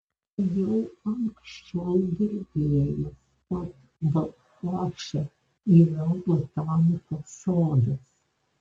jau anksčiau girdėjęs kad balchaše yra botanikos sodas